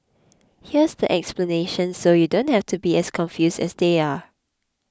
here's the explanation so you don't have to be as confused as they are